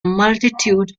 multitude